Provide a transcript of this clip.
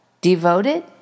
Devoted